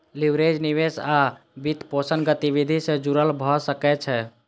leverage निवेश आ वित्तपोषण गतिविधि सं जुड़ल भए सकै छै